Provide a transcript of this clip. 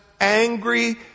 angry